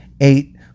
eight